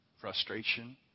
frustration